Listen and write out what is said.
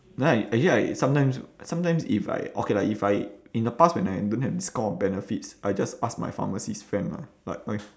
right actually like sometimes sometimes if I okay like if I in the past when I don't have this kind of benefits I just ask my pharmacist friend mah but